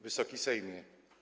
Wysoki Sejmie!